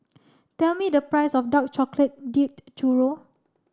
tell me the price of Dark Chocolate Dipped Churro